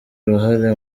uruhare